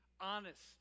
honest